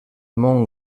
món